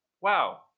wow